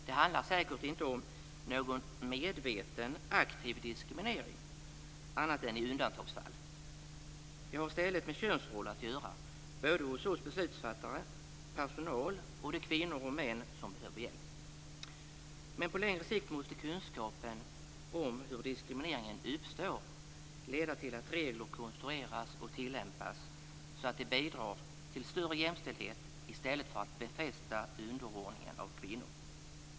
Det handlar säkert inte om någon medveten aktiv diskriminering annat än i undantagsfall. Det har i stället med könsroller att göra hos oss beslutsfattare, personal och de kvinnor och män som behöver hjälp. Men på längre sikt måste kunskapen om hur diskrimineringen uppstår leda till att regler konstrueras och tillämpas så att de bidrar till större jämställdhet i stället för att befästa underordningen av kvinnor.